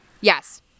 Yes